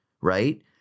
right